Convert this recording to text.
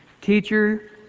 Teacher